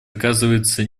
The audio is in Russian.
оказывается